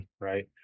right